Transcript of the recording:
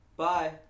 Bye